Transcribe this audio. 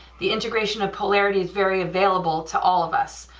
the integration of polarities very available to all of us,